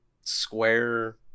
square